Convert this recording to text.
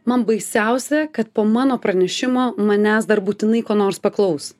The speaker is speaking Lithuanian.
man baisiausia kad po mano pranešimo manęs dar būtinai ko nors paklaus